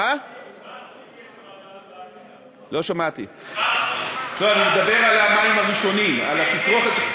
7%. לא, אני מדבר על המים הראשונים, על התצרוכת.